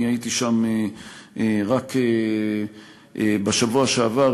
אני הייתי שם רק בשבוע שעבר,